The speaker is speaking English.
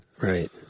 Right